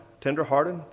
tender-hearted